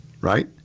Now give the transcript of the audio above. right